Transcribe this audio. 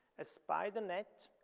a spider net,